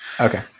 okay